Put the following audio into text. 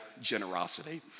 generosity